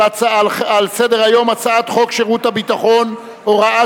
על סדר-היום הצעת חוק שירות ביטחון (הוראת